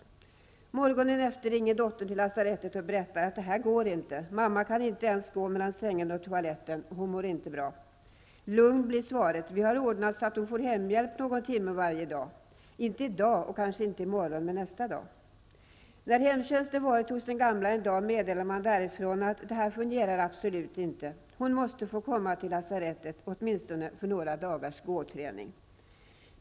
På morgonen efter ringer dottern till lasarettet och berättar att det här går inte, mamma kan inte gå ens mellan sängen och toaletten och hon mår inte bra. Lugn blir svaret, vi har ordnat så att hon får hemhjälp någon timme varje dag. Inte i dag och kanske inte i morgon, men nästa dag. När hemtjänsten varit hos den gamla en dag meddelar man därifrån att det här fungerar absolut inte, hon måste få komma till lasarettet åtminstone för några dagars gåträning.